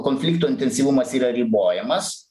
konflikto intensyvumas yra ribojamas